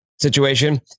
situation